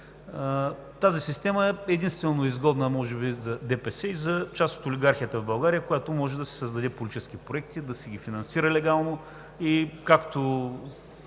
Тази система е единствено изгодна може би за ДПС и за част от олигархията в България, която може да си създаде политически проекти, за да си ги финансира легално. Както